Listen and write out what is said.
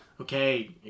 okay